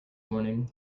morning